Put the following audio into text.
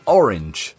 orange